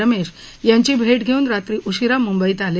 रमेश यांची भेट घेऊन रात्री उशिरा मुंबईत आले